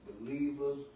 believers